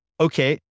okay